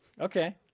Okay